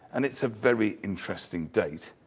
and it's a very interesting date.